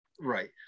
Right